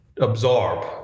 absorb